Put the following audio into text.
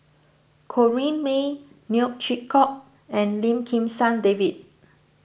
Corrinne May Neo Chwee Kok and Lim Kim San David